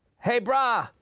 hey brah,